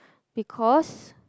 because